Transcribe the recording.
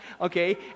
okay